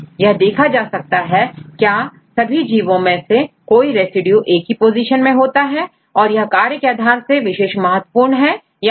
यह देखा जा सकता है क्या सभी जीवो में में कोई रेसिड्यू एक ही पोजीशन में होता है और यह कार्य के आधार पर विशेष महत्वपूर्ण है या नहीं